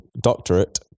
doctorate